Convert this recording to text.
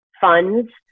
funds